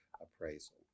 appraisal